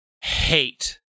hate